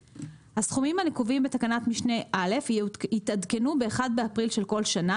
הסכומים הנקובים בתקנת משנה (א) יתעדכנו ב-1 באפריל של כך שנה